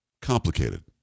complicated